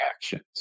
actions